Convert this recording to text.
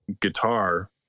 guitar